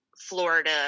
Florida